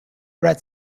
red